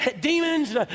demons